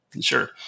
sure